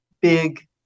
big